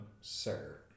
sir